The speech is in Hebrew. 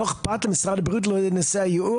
לא אכפת למשרד הבריאות נושא הייעור,